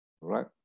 right